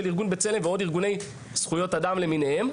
ארגון "בצלם" ועוד ארגוני זכויות אדם למיניהם.